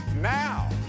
Now